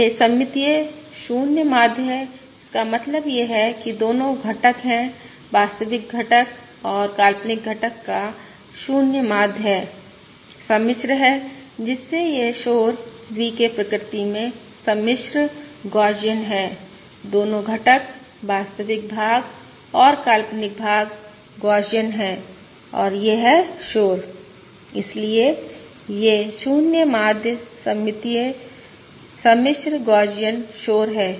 वे सममितीय 0 माध्य हैं इसका मतलब यह है कि दोनों घटक हैं वास्तविक घटक और काल्पनिक घटक का 0 माध्य है सम्मिश्र है जिससे यह शोर VK प्रकृति में सम्मिश्र गौसियन है दोनों घटक वास्तविक भाग और काल्पनिक भाग गौसियन हैं और यह है शोर इसलिए यह 0 माध्य सममितीय सम्मिश्र गौसियन शोर है